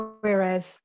Whereas